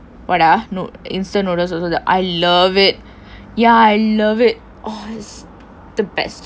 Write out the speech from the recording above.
no instant noodles also I love it ya I love it